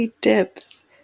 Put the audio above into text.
dips